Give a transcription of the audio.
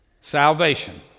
salvation